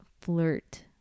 flirt